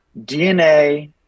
DNA